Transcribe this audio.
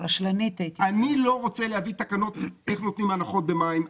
אני לא רוצה להביא תקנות איך נותנים הנחות במים.